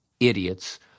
idiots